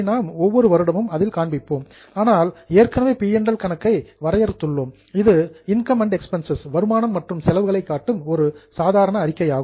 நாம் ஏற்கனவே பி மற்றும் எல் கணக்கை வரையறுத்துள்ளோம் இது இன்கம்ஸ் அண்ட் எக்ஸ்பென்ஸ்சஸ் வருமானம் மற்றும் செலவுகளை காட்டும் ஒரு சாதாரண அறிக்கையாகும்